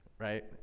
right